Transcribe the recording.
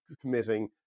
committing